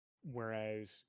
Whereas